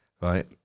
right